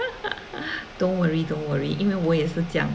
don't worry don't worry 因为我也是这样